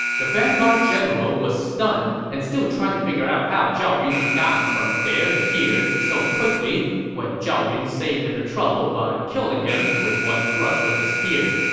the vanguard general was stunned and still trying to figure out how zhao yun had gotten from there to here so quickly when zhao yun saved him the trouble by killing him with one thrust of the spear.